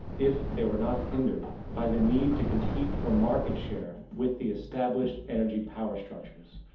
if they were not hindered by the need to compete for market share with the established energy power structures.